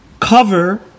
cover